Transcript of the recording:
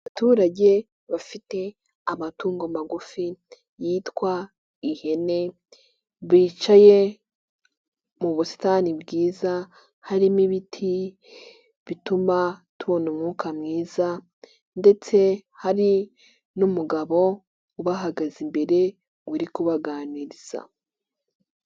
Abaturage bafite amatungo magufi yitwa ihene, bicaye mu busitani bwiza harimo ibiti bituma tubona umwuka mwiza ndetse hari n'umugabo ubahagaze imbere uri kubaganiriza.